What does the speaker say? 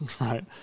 Right